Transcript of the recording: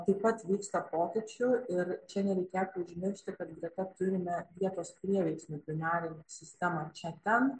taip pat vyksta pokyčių ir čia nereikėtų užmiršti kad greta turime vietos prieveiksmių dvinarę sistemą čia ten